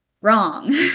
Wrong